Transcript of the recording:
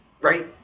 right